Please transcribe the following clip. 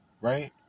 right